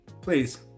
Please